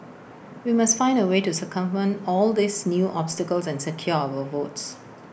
we must find A way to circumvent all these new obstacles and secure our votes